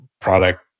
product